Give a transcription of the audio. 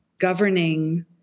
governing